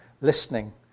listening